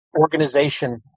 organization